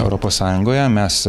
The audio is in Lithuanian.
europos sąjungoje mes